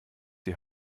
die